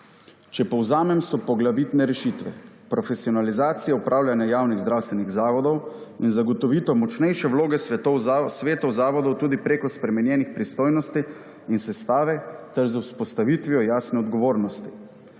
Če povzamem, so poglavitne rešitve: profesionalizacija upravljanja javnih zdravstvenih zavodov in zagotovitev močnejše vloge svetov zavodov tudi preko spremenjenih pristojnosti in sestave ter z vzpostavitvijo jasne odgovornosti;